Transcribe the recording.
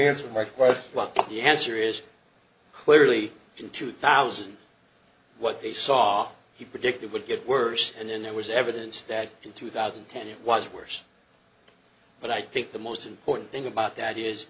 answer my quite lucky answer is clearly in two thousand what they saw he predicted would get worse and then there was evidence that in two thousand and ten it was worse but i think the most important thing about that is